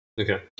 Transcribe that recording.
Okay